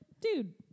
dude